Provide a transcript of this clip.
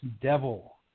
devil